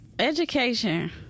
education